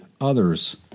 others